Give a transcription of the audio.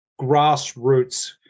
grassroots